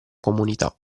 comunità